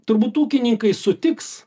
turbūt ūkininkai sutiks